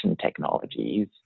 technologies